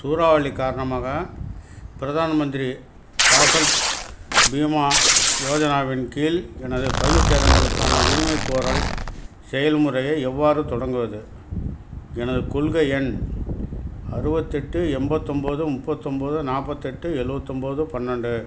சூறாவளி காரணமாக பிரதான் மந்திரி ஃபாசல் பீமா யோஜனாவின் கீழ் எனது பயிர் சேதங்களுக்கான உரிமைகோரல் செயல்முறையை எவ்வாறு தொடங்குவது எனது கொள்கை எண் அறுபத்தெட்டு எம்பத்தொம்பது முப்பத்தொம்பது நாற்பத்தெட்டு எழுவத்தொம்போது பன்னெண்டு